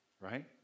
right